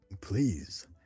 Please